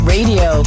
Radio